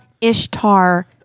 Ishtar